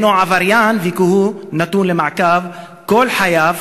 הנו עבריין והוא נתון למעקב כל חייו,